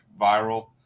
viral